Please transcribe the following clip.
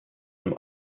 zum